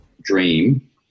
dream